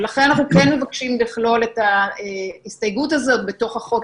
ולכן אנחנו כן מבקשים לכלול את ההסתייגות הזאת בתוך החוק,